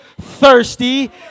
thirsty